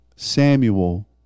samuel